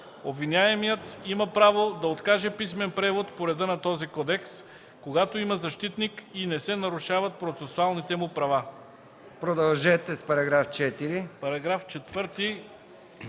Обвиняемият има право да откаже писмен превод по реда на този кодекс, когато има защитник и не се нарушават процесуалните му права.” ПРЕДСЕДАТЕЛ МИХАИЛ